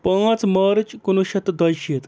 پانٛژھ مارٕچ کُنوُہ شٮ۪تھ تہٕ دوٚیہِ شیٖتھ